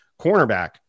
cornerback